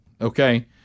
okay